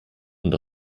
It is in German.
und